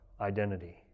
identity